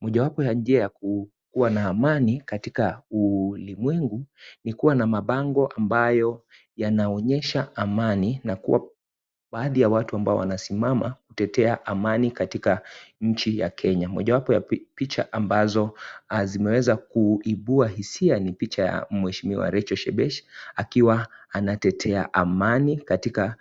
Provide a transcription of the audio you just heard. Mojawapo wa njia ya kukua na amani katika ulimwengu ni kuwa na mabango ambayo yanaonyesha amani na kuwa baadhi ya watu ambao wanasimama kutetea amani katika nchi ya Kenya. Mojawapo ya picha ambazo zimeweza kuibua hisia ni picha ya mheshimiwa Rachel Shebesh akiwa anatetea amani katika